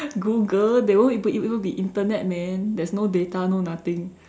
Google there won't even be even be Internet man there is no data no nothing